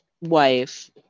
wife